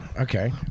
okay